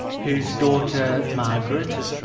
whose daughter margarethe,